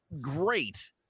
great